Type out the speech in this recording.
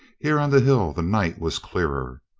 here on the hill the night was clearer.